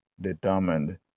determined